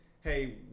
Hey